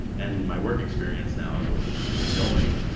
and my work experience now is what yeah keeps me going.